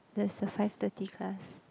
there's the five thirty class